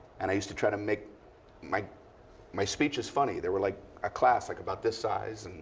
and i used to try to make my my speeches funny. they were like a class like about this size.